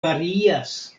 varias